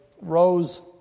rose